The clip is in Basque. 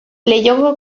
leihoko